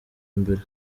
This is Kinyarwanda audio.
mbere